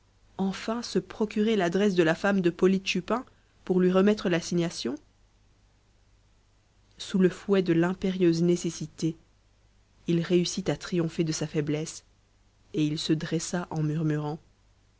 enfin se procurer l'adresse de la femme de polyte chupin pour lui remettre l'assignation sous le fouet de l'impérieuse nécessité il réussit à triompher de sa faiblesse et il se dressa en murmurant